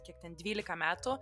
kiek ten dvylika metų